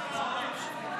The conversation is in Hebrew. במקומותיכם.